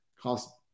cost